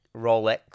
Rolex